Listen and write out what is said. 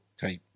type